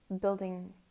building